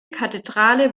kathedrale